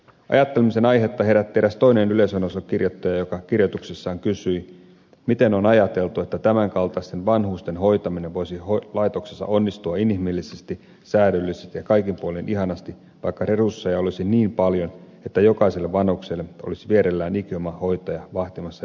ajattelemisen aihetta herätti eräs toinen yleisönosastokirjoittaja joka kirjoituksessaan kysyi miten on ajateltu että tämän kaltaisten vanhusten hoitaminen voisi laitoksissa onnistua inhimillisesti säädyllisesti ja kaikin puolin ihanasti vaikka resursseja olisi niin paljon että jokaiselle vanhukselle olisi vierellään ikioma hoitaja vahtimassa yötä päivää